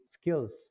skills